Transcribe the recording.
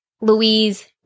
Louise